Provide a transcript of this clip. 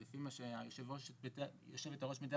אבל לפי מה שמתארת עכשיו יושבת הראש,